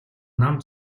нам